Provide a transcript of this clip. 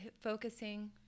focusing